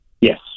Yes